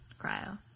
cryo